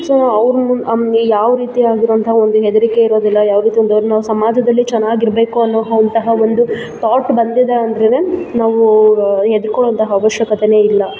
so ಅವ್ರ ಮುನ್ ಅಂದರೆ ಯಾವ ರೀತಿಯಾಗಿರೋವಂತಹ ಒಂದು ಹೆದರಿಕೆ ಇರೋದಿಲ್ಲ ಯಾವ ರೀತಿ ಒಂದು ನಾವು ಸಮಾಜದಲ್ಲಿ ಚೆನಾಗಿರ್ಬೇಕು ಅನ್ನೋ ಅಂತಹ ಒಂದು ಥಾಟ್ ಬಂದಿದೆ ಅಂದ್ರೆ ನಾವು ಹೆದ್ರ್ಕೊಳ್ಳೋವಂತಹ ಅವಶ್ಯಕತೆ ಇಲ್ಲ